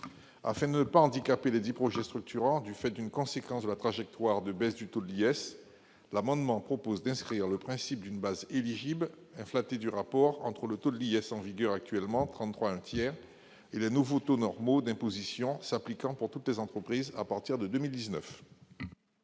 Afin de ne pas handicaper lesdits projets structurants du fait d'une conséquence de la trajectoire de baisse du taux de l'impôt sur les sociétés, l'amendement tend à inscrire le principe d'une base éligible inflatée du rapport entre le taux de l'impôt sur les sociétés en vigueur actuellement, soit 33,33 %, et les nouveaux taux normaux d'imposition s'appliquant pour toutes les entreprises à partir de 2019.